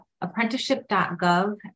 Apprenticeship.gov